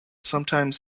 sometimes